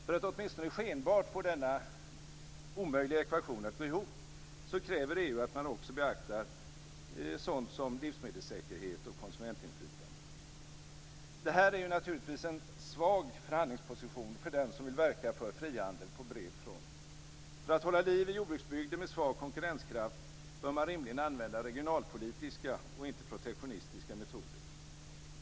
För att åtminstone skenbart få denna omöjliga ekvation att gå ihop kräver EU att man också beaktar sådant som livsmedelssäkerhet och konsumentinflytande. Detta är naturligtvis en svag förhandlingsposition för den som vill verka för frihandel på bred front. För att hålla liv i jordbruksbygder med svag konkurrenskraft bör man rimligen använda regionalpolitiska och inte protektionistiska metoder.